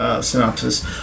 synopsis